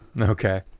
Okay